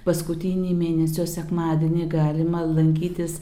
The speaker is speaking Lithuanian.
paskutinį mėnesio sekmadienį galima lankytis